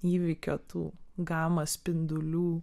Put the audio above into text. įvykio tų gama spindulių